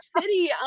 City